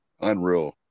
unreal